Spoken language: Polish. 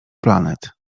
planet